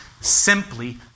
simply